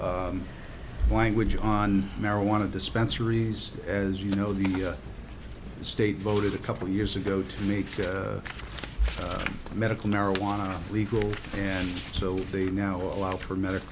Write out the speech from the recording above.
language on marijuana dispensary these as you know the state voted a couple of years ago to make medical marijuana legal and so they now allow for medical